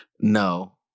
No